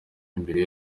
imbere